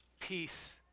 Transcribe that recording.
peace